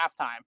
halftime